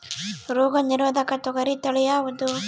ರೋಗ ನಿರೋಧಕ ತೊಗರಿ ತಳಿ ಯಾವುದು?